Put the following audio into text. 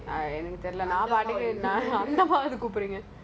நான் தான் அந்த நான் தான்:naan thaan antha naan thaan